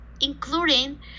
including